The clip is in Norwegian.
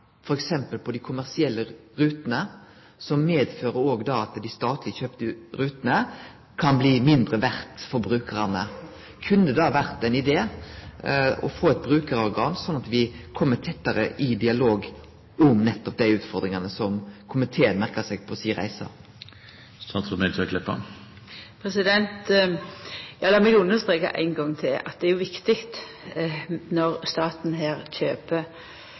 f.eks. på dei kommersielle rutene som òg medfører at dei statleg kjøpte rutene kan kome til å bety mindre for brukarane. Kunne det vore ein idé å få eit brukarorgan, slik at me kom i tettare dialog om nettopp dei utfordringane som komiteen merka seg på reisa si? Lat meg understreka ein gong til: Det er viktig når staten